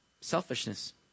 Selfishness